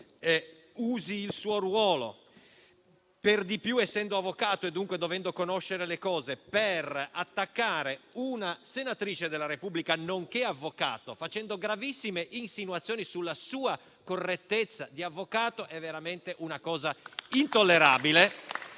usi il suo ruolo, per di più essendo avvocato e dunque dovendo conoscere la materia, per attaccare una senatrice della Repubblica, nonché avvocato, facendo gravissime insinuazioni sulla sua correttezza di avvocato, è veramente una cosa intollerabile